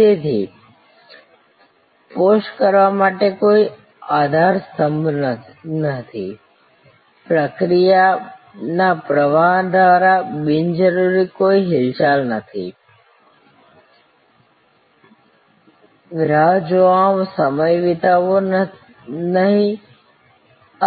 તેથી પોસ્ટ કરવા માટે કોઈ આધારસ્તંભ નહીં પ્રક્રિયાના પ્રવાહ દ્વારા બિનજરૂરી કોઈ હિલચાલ નહીં રાહ જોવામાં સમય વિતાવવો નહીં